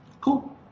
Cool